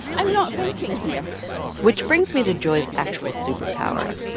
i'm not thinking here which brings me to joy's actual superpower.